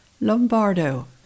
Lombardo